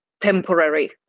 temporary